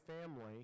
family